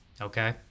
Okay